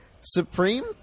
Supreme